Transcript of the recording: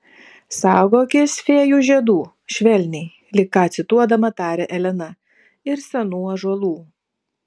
saugokis fėjų žiedų švelniai lyg ką cituodama tarė elena ir senų ąžuolų